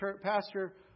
Pastor